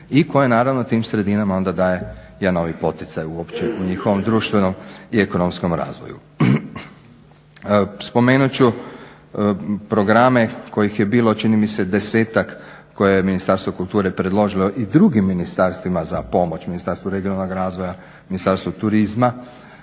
i koja naravno tim sredinama onda daje jedan novi poticaj uopće u njihovom društvenom i ekonomskom razvoju. Spomenut ću programe kojih je bilo čini mi se 10-ak koje je Ministarstvo kulture predložilo i drugim ministarstvima za pomoć, Ministarstvu regionalnog razvoja, Ministarstvu turizma,